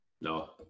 no